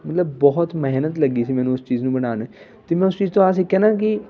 ਮਤਲਬ ਬਹੁਤ ਮਿਹਨਤ ਲੱਗੀ ਸੀ ਮੈਨੂੰ ਉਸ ਚੀਜ਼ ਨੂੰ ਬਣਾਉਣ ਅਤੇ ਮੈਂ ਉਸ ਚੀਜ਼ ਤੋਂ ਇਹ ਸਿੱਖਿਆ ਨਾ ਕਿ